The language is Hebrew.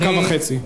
דקה וחצי.